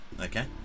okay